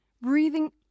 Breathing